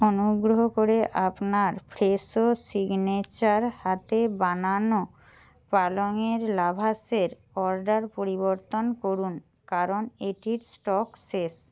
অনুগ্রহ করে আপনার ফ্রেশো সিগনেচার হাতে বানানো পালংয়ের লাভাশের অর্ডার পরিবর্তন করুন কারণ এটির স্টক শেষ